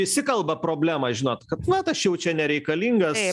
įsikalba problemą žinot kad vat aš jau čia nereikalingas